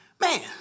man